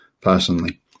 personally